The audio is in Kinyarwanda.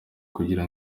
kugira